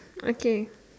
okay